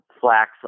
flax